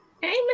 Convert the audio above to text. Hey